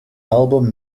album